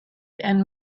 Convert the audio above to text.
and